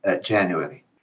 January